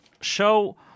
show